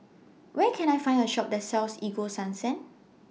Where Can I Find A Shop that sells Ego Sunsense